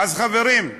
אז, חברים,